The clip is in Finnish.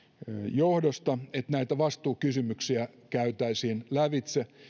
johdosta erillistä kannanottoa että näitä vastuukysymyksiä käytäisiin lävitse